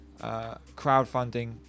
crowdfunding